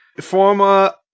former